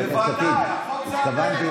בוודאי, החוק זה אתם.